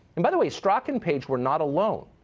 and by the way strzok and page were not alone.